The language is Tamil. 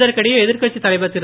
இதற்கிடையே எதிர்கட்சித் தலைவர் திரு